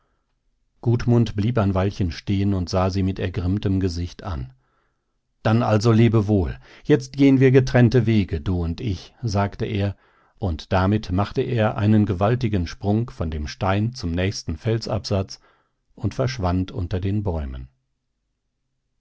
gudmund blieb ein weilchen stehen und sah sie mit ergrimmtem gesicht an dann also lebewohl jetzt gehen wir getrennte wege du und ich sagte er und damit machte er einen gewaltigen sprung von dem stein zum nächsten felsabsatz und verschwand unter den bäumen